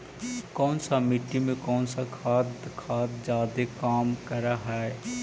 कौन सा मिट्टी मे कौन सा खाद खाद जादे काम कर हाइय?